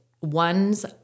one's